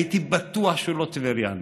הייתי בטוח שהוא לא טברייני.